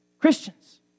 Christians